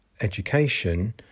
education